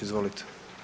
Izvolite.